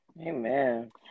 Amen